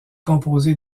composé